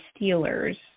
Steelers